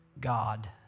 God